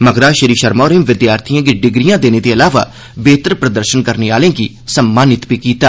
बाद च श्री शर्मा होरें विद्यार्थिएं गी डिग्रियां देने दे अलावा बेहतर प्रदर्शन करने आह्लें गी सम्मानित बी कीता